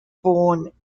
born